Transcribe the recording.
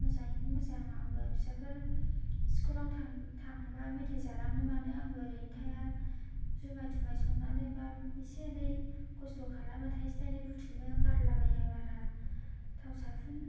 मोजाङैनो मोजां आंबो फिसाफोर स्कुलाव थांबा मेथाइ जालांनो मानो आंबो ओरैनो थाया जुमइ तुमाइ संनानै बा इसे एनै खस्थ' खालामो इसे एनै बुथुमो गारलाबाया बारा थाव साबुन